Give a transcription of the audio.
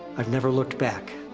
i've never looked back.